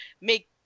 make